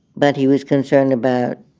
but he was concerned about.